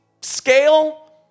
scale